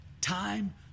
Time